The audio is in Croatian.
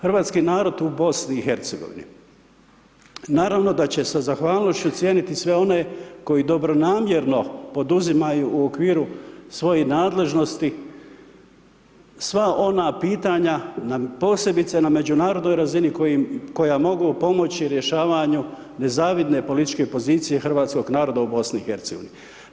Hrvatski narod u BiH-u, naravno da će sa zahvalnošću cijeniti sve one koji dobronamjerno poduzimaju u okviru svojih nadležnosti sva ona pitanja posebice na međunarodnoj razini koja mogu pomoći rješavanju nezavidne političke pozicije hrvatskog naroda u BiH-u.